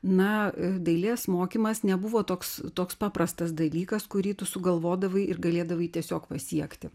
na dailės mokymas nebuvo toks toks paprastas dalykas kurį tu sugalvodavai ir galėdavai tiesiog pasiekti